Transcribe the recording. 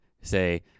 say